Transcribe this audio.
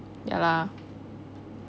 ya lah